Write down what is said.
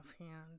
offhand